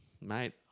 mate